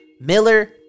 Miller